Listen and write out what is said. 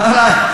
ריח.